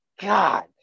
god